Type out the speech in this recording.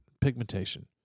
pigmentation